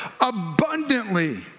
abundantly